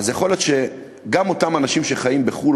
יכול להיות שגם אותם אנשים שחיים בחו"ל,